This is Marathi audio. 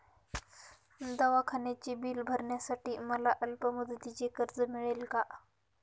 दवाखान्याचे बिल भरण्यासाठी मला अल्पमुदतीचे कर्ज मिळेल का?